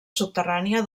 subterrània